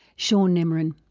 shaun nemorin.